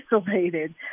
isolated